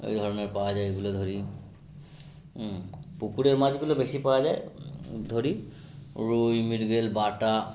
এই ধরনের পাওয়া যায় এগুলো ধরি পুকুরের মাছগুলো বেশি পাওয়া যায় ধরি রুই মৃগেল বাটা